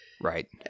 right